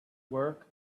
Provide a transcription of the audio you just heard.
work